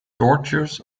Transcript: tortoises